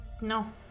no